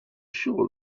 sure